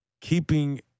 keeping